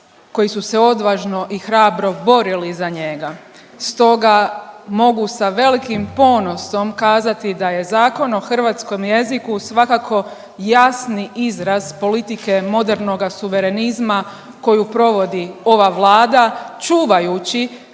koji su se odvažno i hrabro borili za njega. Stoga mogu sa velikim ponosom kazati da je Zakon o hrvatskom jeziku svakako jasni izraz politike modernoga suverenizma koju provodi ova Vlada čuvajući